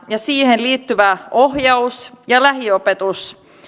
ja siihen liittyvä ohjaus ja lähiopetus